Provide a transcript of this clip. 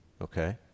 Okay